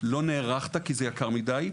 לא נערכת, כי זה יקר מדי.